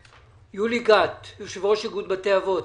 יולי גת, יושבת-ראש ארגון בתי אבות,